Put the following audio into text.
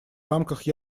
рамках